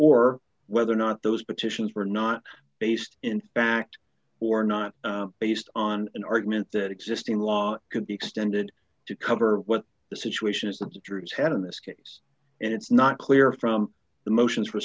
or whether or not those petitions were not based in fact or not based on an argument that existing law could be extended to cover what the situation is that the jurors had in this case and it's not clear from the motions for